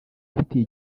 ufitiye